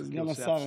סגן השר,